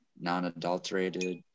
non-adulterated